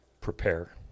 prepare